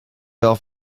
wel